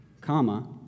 comma